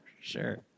sure